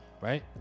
right